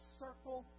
circle